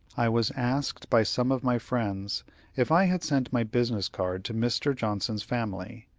i was asked by some of my friends if i had sent my business cards to mr. johnson's family,